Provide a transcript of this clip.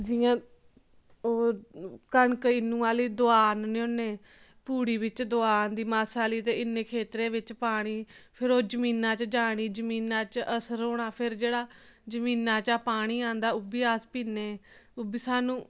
जियां ओह् कनक इन्नू हारी दवा आहनने होन्ने पुड़ी बिच्च दवा आंदी मासा आहली ते इन्ने खेत्तरें बिच्च पानी फिर ओह् जमीनै च जानी जमीनै च फिर असर होना जेह्ड़ा जमीनै चा पानी आंदा ओह् बी इस पीने ओह् बी सानूं